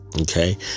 Okay